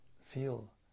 feel